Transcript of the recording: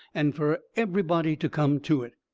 and fur everybody to come to it.